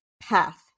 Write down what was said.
path